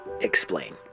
explain